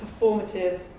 performative